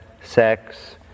sex